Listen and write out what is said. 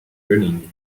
running